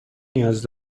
نیاز